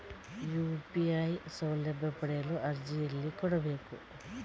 UPI ಸೌಲಭ್ಯ ಪಡೆಯಲು ಅರ್ಜಿ ಎಲ್ಲಿ ಪಡಿಬೇಕು?